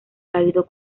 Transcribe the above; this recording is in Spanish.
cálido